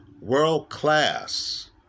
world-class